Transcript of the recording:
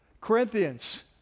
Corinthians